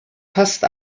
fast